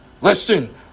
Listen